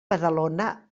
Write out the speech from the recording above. badalona